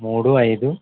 మూడు అయిదు